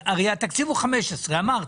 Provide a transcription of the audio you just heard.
הרי התקציב הוא 15, אמרת.